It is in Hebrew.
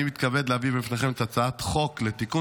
אני מתכבד להביא בפניכם את הצעת חוק לתיקון